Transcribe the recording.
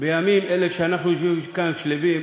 בימים אלה שאנחנו יושבים במשכן שלווים,